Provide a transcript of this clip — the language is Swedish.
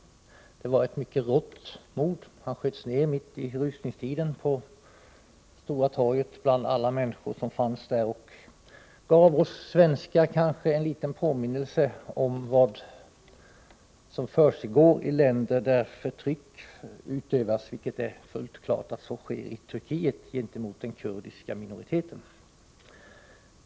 Det var ett mycket rått mord. Han sköts ner mitt i rusningstiden på Stora torget bland alla människor som fanns där. Detta gav kanske oss svenskar en liten påminnelse om vad som försiggår i länder där förtryck utövas. Det är fullt klart att det sker i Turkiet gentemot den kurdiska minoriteten.